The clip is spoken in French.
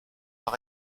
par